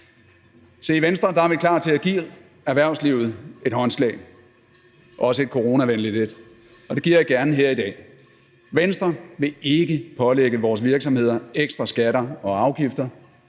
Se, i Venstre er vi klar til at give erhvervslivet et håndslag, også et coronavenligt et, og det giver jeg gerne her i dag: Venstre vil ikke pålægge vores virksomheder ekstra skatter og afgifter.